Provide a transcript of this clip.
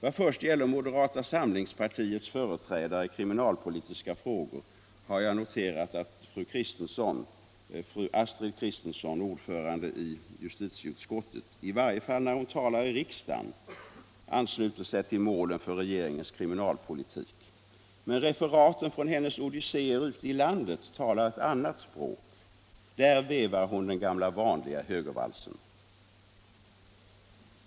I vad gäller moderata samlingspartiets företrädare i kriminalpolitiska frågor har jag noterat att justitieutskottets ordförande fru Astrid Kristensson — i varje fall när hon talar i riksdagen — ansluter sig till målen för regeringens kriminalpolitik. Men referaten från hennes odysséer ute i landet talar ett annat språk. Där vevar hon den gamla vanliga högervalsen.